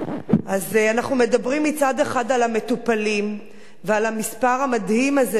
אז מצד אחד אנחנו מדברים על המטופלים ועל המספר המדהים הזה,